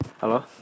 Hello